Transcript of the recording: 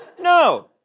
No